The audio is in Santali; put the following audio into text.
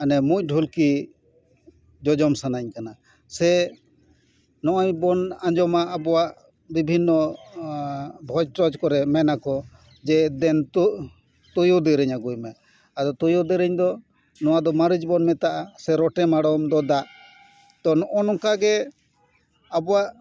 ᱢᱟᱱᱮ ᱢᱩᱸᱡ ᱰᱷᱩᱞᱠᱤ ᱡᱚᱡᱚᱢ ᱥᱟᱱᱟᱹᱧ ᱠᱟᱱᱟ ᱥᱮ ᱱᱚᱜᱚᱭ ᱵᱚᱱ ᱟᱡᱚᱢᱟ ᱟᱵᱚᱣᱟᱜ ᱵᱤᱵᱷᱤᱱᱱᱚ ᱵᱷᱚᱡᱽ ᱴᱚᱡᱽ ᱠᱚᱨᱮ ᱢᱮᱱᱟᱠᱚ ᱡᱮ ᱫᱮᱱ ᱛᱚ ᱛᱩᱭᱩ ᱫᱮᱨᱮᱧ ᱟᱹᱜᱩᱭ ᱢᱮ ᱟᱫᱚ ᱛᱩᱭᱩ ᱫᱮᱨᱮᱧ ᱫᱚ ᱱᱚᱣᱟ ᱫᱚ ᱢᱟᱹᱨᱤᱪ ᱵᱚᱱ ᱢᱮᱛᱟᱜᱼᱟ ᱥᱮ ᱨᱚᱴᱮ ᱢᱟᱬᱚᱢ ᱫᱚ ᱫᱟᱜ ᱛᱚ ᱱᱚᱜᱼᱚᱭ ᱱᱚᱝᱠᱟ ᱜᱮ ᱟᱵᱚᱣᱟᱜ